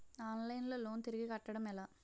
Online లో loan తిరిగి కట్టడం ఎలా?